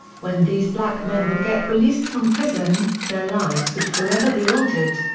when these black men would get released from prison, their lives would forever be altered.